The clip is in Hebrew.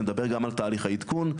נדבר גם על תהליך העדכון,